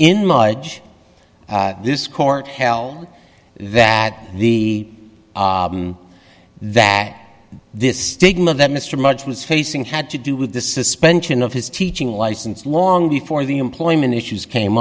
in large this court hell that the that this stigma that mr mudge was facing had to do with the suspension of his teaching license long before the employment issues came